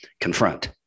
confront